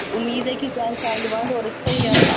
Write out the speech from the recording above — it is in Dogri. उमीद है कि चार साल दे बाद होर अच्छा होई जाह्ग